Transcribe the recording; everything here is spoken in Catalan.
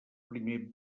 primer